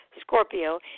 Scorpio